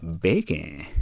Bacon